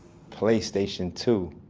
playstation two.